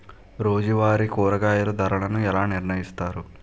రోజువారి కూరగాయల ధరలను ఎలా నిర్ణయిస్తారు?